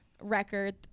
record